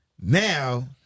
now